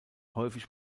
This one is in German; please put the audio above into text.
häufig